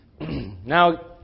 Now